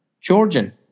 Georgian